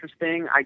interesting